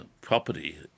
property